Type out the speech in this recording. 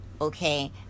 okay